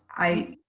i,